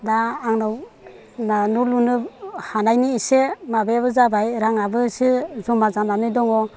दा आंनाव न' लुनो हानायनि इसे माबायाबो जाबाय रांआबो एसे जमा जानानै दङ